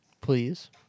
Please